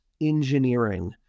engineering